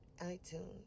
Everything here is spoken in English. iTunes